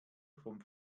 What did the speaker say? vom